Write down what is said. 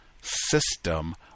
system